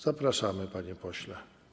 Zapraszamy, panie pośle.